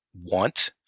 want